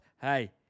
Hey